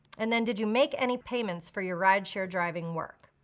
and then did you make any payments for your rideshare driving work?